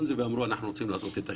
זה ואמרו: אנחנו רוצים לעשות את השינוי.